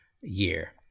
year